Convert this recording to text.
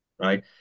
right